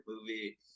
movie